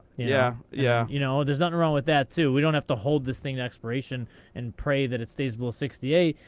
yeah yeah. you know, there's nothing wrong with that, too. we don't have to hold this thing in expiration and pray that it stays below sixty eight.